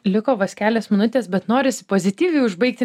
liko vos kelios minutės bet norisi pozityviai užbaigti